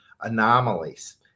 anomalies